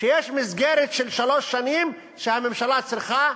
שיש מסגרת של שלוש שנים שהממשלה צריכה,